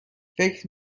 فکر